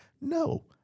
No